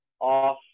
off